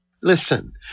listen